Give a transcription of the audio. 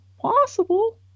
Possible